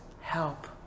help